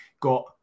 got